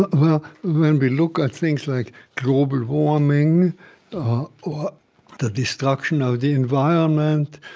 well, when we look at things like global warming or the destruction of the environment,